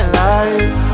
life